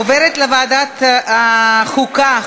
עוברת לוועדת החוקה,